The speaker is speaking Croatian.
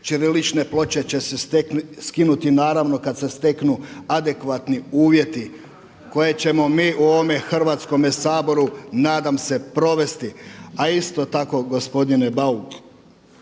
Ćirilične ploče će se skinuti naravno kada se steknu adekvatni uvjeti koje ćemo mi u ovome Hrvatskome saboru nadam se provesti. A isto tako gospodine Bauk